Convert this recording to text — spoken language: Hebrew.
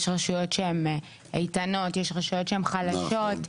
יש רשויות שהן איתנות, יש רשויות שהן חלשות,